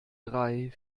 drei